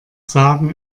sagen